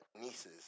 nieces